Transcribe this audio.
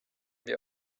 wir